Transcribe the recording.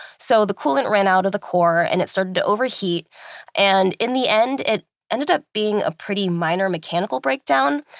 so the coolant ran out of the core, and it started to overheat and in the end, it ended up being a pretty minor mechanical breakdown,